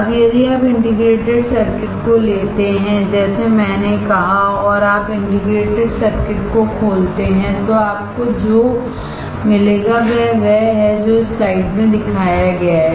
अब यदि आप इंटीग्रेटेड सर्किट को लेते हैं जैसे मैंने कहा और आप इंटीग्रेटेड सर्किट को खोलते हैं तो आपको जो मिलेगा वह वह है जो स्लाइड में दिखाया गया है